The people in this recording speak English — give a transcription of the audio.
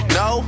no